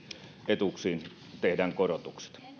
etuuksiin tehdään korotukset